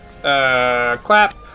clap